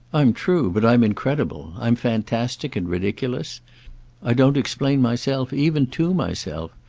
i'm true, but i'm incredible. i'm fantastic and ridiculous i don't explain myself even to myself.